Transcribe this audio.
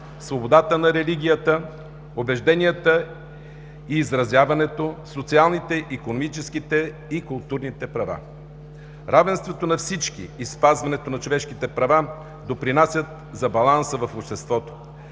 свободата на религията, убежденията и изразяването, социалните, икономическите и културните права. Равенството на всички и спазването на човешките права допринасят за баланса в обществото.